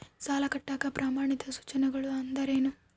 ಸಾಲ ಕಟ್ಟಾಕ ಪ್ರಮಾಣಿತ ಸೂಚನೆಗಳು ಅಂದರೇನು?